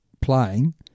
playing